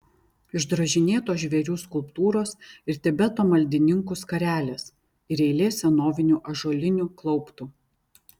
išdrožinėtos žvėrių skulptūros ir tibeto maldininkų skarelės ir eilė senovinių ąžuolinių klauptų